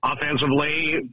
offensively